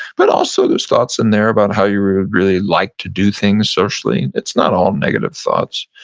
but also there's thoughts in there about how you would really like to do things socially it's not all negative thoughts.